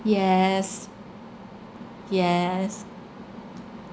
yes yes